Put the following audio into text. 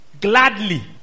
gladly